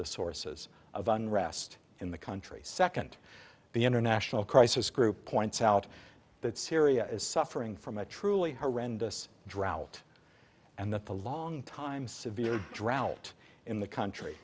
the sources of unrest in the country second the international crisis group points out that syria is suffering from a truly horrendous drought and that the long time severe drought in the country